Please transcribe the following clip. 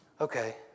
Okay